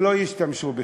שלא ישתמשו בך.